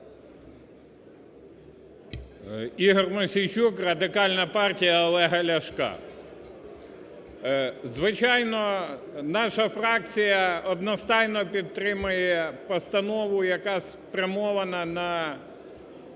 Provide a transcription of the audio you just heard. Ігор Мосійчук, Радикальна партія Олега Ляшка. Звичайно, наша фракція одностайно підтримує постанову, яка спрямована на